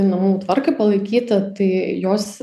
namų tvarkai palaikyti tai jos